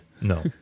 No